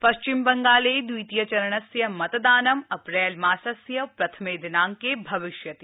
पश्चिम बंगाले द्वितीय चरणस्य मतदानं अप्रैल मासस्य प्रथमे दिनांके भविष्यति